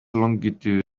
longitude